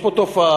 יש פה תופעה,